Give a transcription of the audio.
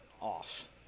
off